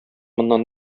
моннан